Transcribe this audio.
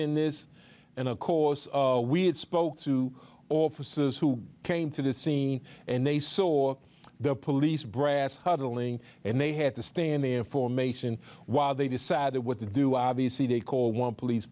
in this and of course we spoke to officers who came to the scene and they saw the police brass huddling and they had to stay in the information while they decided what to do obviously they call one police